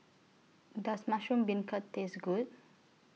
Does Mushroom Beancurd Taste Good